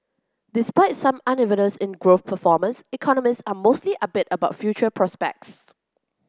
despite some unevenness in growth performance economists are mostly upbeat about future prospects